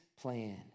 plan